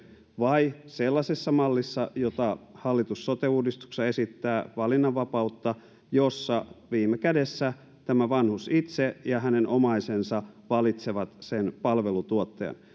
vai sellaisessa mallissa jota hallitus sote uudistuksessa esittää valinnanvapautta jossa viime kädessä tämä vanhus itse ja hänen omaisensa valitsevat sen palveluntuottajan